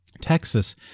Texas